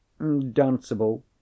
danceable